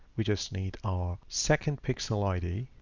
we just need our second pixel id,